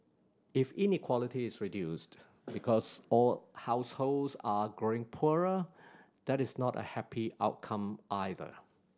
if inequality is reduced because all households are growing poorer that is not a happy outcome either